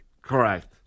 Correct